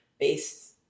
based